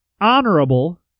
honorable